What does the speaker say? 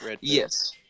Yes